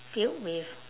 filled with